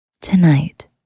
Tonight